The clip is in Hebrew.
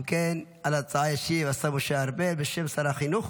אם כן, על ההצעה ישיב השר ארבל, בשם שר החינוך.